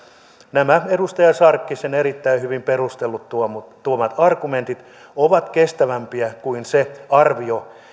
nämä edustaja sarkkisen erittäin hyvin perustellut ja esiin tuomat argumentit ovat kestävämpiä kuin se arvio